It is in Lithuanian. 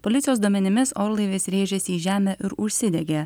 policijos duomenimis orlaivis rėžėsi į žemę ir užsidegė